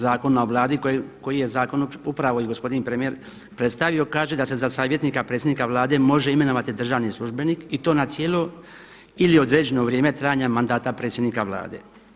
Zakona o Vladi koji je zakon upravo i gospodin premijer predstavio kaže da se za savjetnika predsjednika Vlade može imenovati državni službenik i to na cijelo ili određeno vrijeme trajanja mandata predsjednika Vlade.